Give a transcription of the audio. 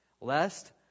lest